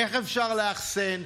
איך אפשר לאחסן,